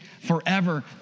forever